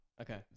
Okay